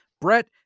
Brett